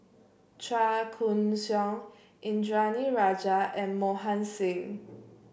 Chua Koon Siong Indranee Rajah and Mohan Singh